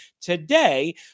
today